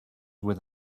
with